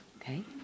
okay